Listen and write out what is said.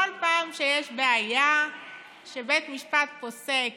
כל פעם שיש בעיה ובית משפט פוסק